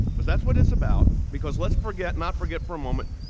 because that's what it's about. because let's forget not forget for a moment,